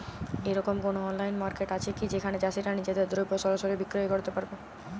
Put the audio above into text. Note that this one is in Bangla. এরকম কোনো অনলাইন মার্কেট আছে কি যেখানে চাষীরা নিজেদের দ্রব্য সরাসরি বিক্রয় করতে পারবে?